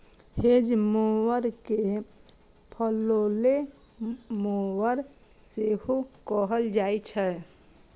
hedge mower कें फलैले mower सेहो कहल जाइ छै